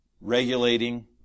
regulating